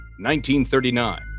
1939